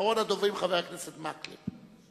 אחרון הדוברים, חבר הכנסת מקלב.